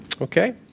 Okay